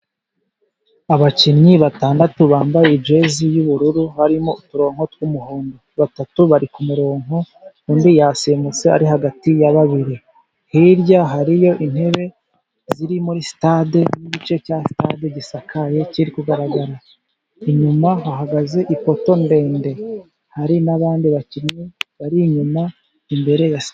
Abakinnyi batandatu bambaye ijezi y'ubururu, harimo uturongo tw'umuhondo. Batatu bari ku murongo, undi yasimbutse ari hagati ya babiri. Hirya hariyo intebe ziri muri sitade, n'igice cya sitade gisakaye kiri kugaragara. Inyuma hahagaze ipoto ndende. Hari n'abandi bakinnyi bari inyuma, imbere ya sima.